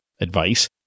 advice